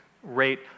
rate